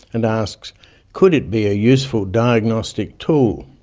and asks could it be a useful diagnostic tool?